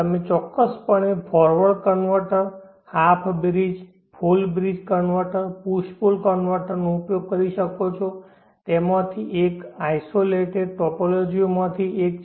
તમે ચોક્કસપણે forward converter half bridge full bridge converter push pull કન્વર્ટરનો ઉપયોગ કરી શકો છો તેમાંથી એક આઇસોલેટેડ ટોપોલોજીઓમાંથી એક છે